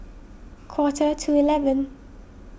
quarter to eleven